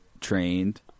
trained